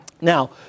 Now